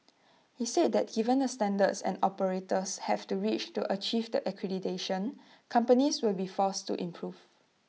he said that given the standards and operators have to reach to achieve that accreditation companies will be forced to improve